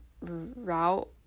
route